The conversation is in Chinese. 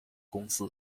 公司